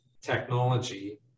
technology